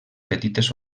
petites